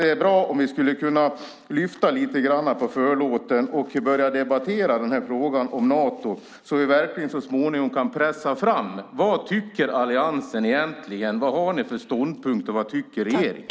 Det är bra om vi kan lyfta på förlåten och börja debattera frågan om Nato så att vi så småningom kan pressa fram vad Alliansen egentligen tycker. Vad har ni för ståndpunkt? Vad tycker regeringen?